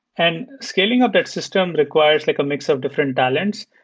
and scaling up that system requires like a mix of different talents.